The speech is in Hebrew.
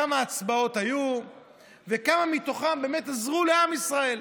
כמה הצבעות היו וכמה מתוכם באמת עזרו לעם ישראל.